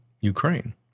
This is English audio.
Ukraine